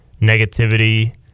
negativity